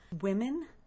women